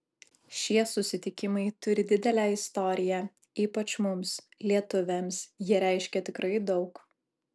šie susitikimai turi didelę istoriją ypač mums lietuviams jie reiškia tikrai daug